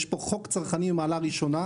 יש פה חוק צרכני מהמעלה הראשונה,